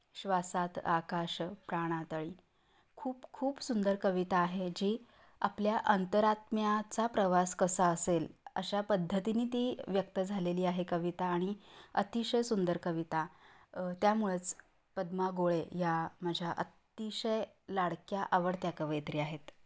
श्वासात आकाश प्राणातळी खूप खूप सुंदर कविता आहे जी आपल्या अंतरात्म्याचा प्रवास कसा असेल अशा पद्धतीने ती व्यक्त झालेली आहे कविता आणि अतिशय सुंदर कविता त्यामुळंच पद्मा गोळे या माझ्या अतिशय लाडक्या आवडत्या कवयित्री आहेत